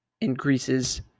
increases